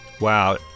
Wow